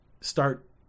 Start